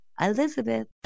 Elizabeth